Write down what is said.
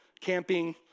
camping